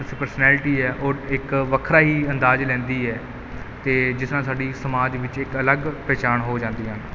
personality ਹੈ ਉਹ ਇੱਕ ਵੱਖਰਾ ਹੀ ਅੰਦਾਜ਼ ਲੈਂਦੀ ਹੈ ਅਤੇ ਜਿਸ ਨਾਲ ਸਾਡੀ ਸਮਾਜ ਵਿੱਚ ਇੱਕ ਅਲੱਗ ਪਹਿਚਾਣ ਹੋ ਜਾਂਦੀ ਹਨ